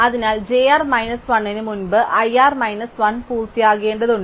അതിനാൽ j r minus 1 ന് മുമ്പ് i r മൈനസ് 1 പൂർത്തിയാക്കേണ്ടതുണ്ട്